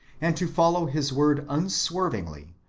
and to follow his word unswervingly,